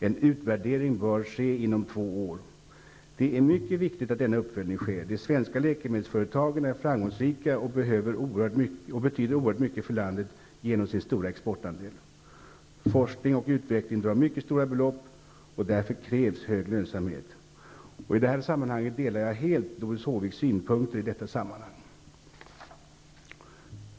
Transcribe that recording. En utvärdering bör ske inom två år. Det är mycket viktigt att denna uppföljning sker. De svenska läkemedelsföretagen är framgångsrika och betyder oerhört mycket för landet genom sin stora exportandel. Forskning och utveckling drar mycket stora belopp och därför krävs hög lönsamhet. Jag delar helt Doris Håviks synpunkter i detta sammanhang.